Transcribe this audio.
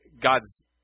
God's